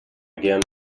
again